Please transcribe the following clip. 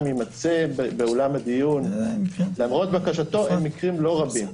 יימצא באולם הדיון למרות בקשתו הם מקרים לא רבים.